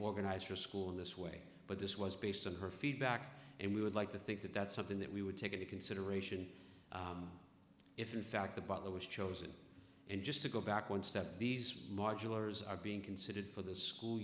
organizer school in this way but this was based on her feedback and we would like to think that that's something that we would take into consideration if in fact the butler was chosen and just to go back one step these large orders are being considered for the school